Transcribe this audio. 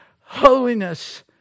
holiness